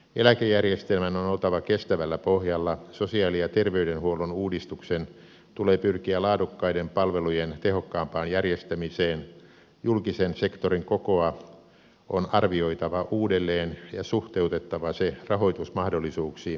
eläkejärjestelmän on oltava kestävällä pohjalla sosiaali ja terveydenhuollon uudistuksen tulee pyrkiä laadukkaiden palvelujen tehokkaampaan järjestämiseen julkisen sektorin kokoa on arvioitava uudelleen ja on suhteutettava se rahoitusmahdollisuuksiimme